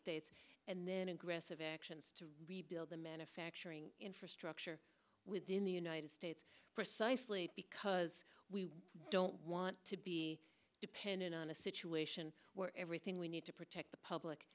states and then aggressive actions to rebuild the manufacturing infrastructure within the united states precisely because we don't want to be dependent on a situation where everything we need to protect the public